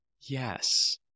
Yes